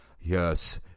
yes